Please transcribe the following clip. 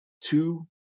two